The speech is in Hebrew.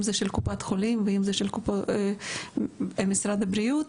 אם זה של קופות החולים ואם של משרד הבריאות,